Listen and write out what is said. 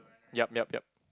yup yup yup